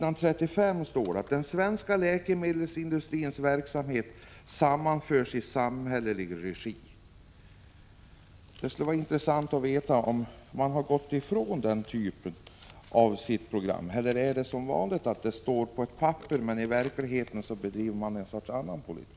På s. 35 står där: ”Den svenska läkemedelsindustrins verksamhet sammanförs i samhällelig regi.” Det skulle vara intressant att veta om ni har gått ifrån den typen av krav i programmet, eller om det som vanligt är så att det står på ett papper medan man i verkligheten bedriver en annan sorts politik.